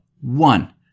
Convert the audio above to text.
one